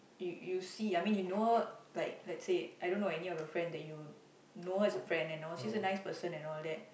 you you see I mean you know her like let's say I don't know any of your friend that you know her as a friend and all she's a nice person and all that